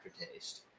aftertaste